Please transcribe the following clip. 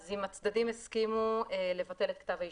אם הצדדים יסכימו לבטל את כתב האישום.